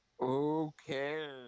Okay